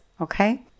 okay